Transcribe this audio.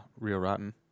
realrotten